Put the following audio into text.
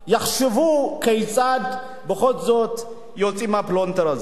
שיחשבו כיצד בכל זאת יוצאים מהפלונטר הזה.